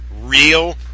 real